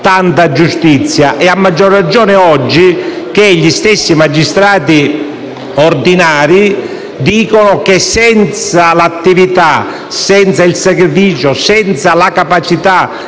del nostro Paese, a maggior ragione oggi che gli stessi magistrati ordinari dicono che senza l'attività, il sacrificio e la capacità